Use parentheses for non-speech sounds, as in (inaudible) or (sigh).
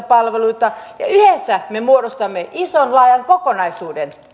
(unintelligible) palveluita yhdessä me muodostamme ison laajan kokonaisuuden